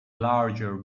larger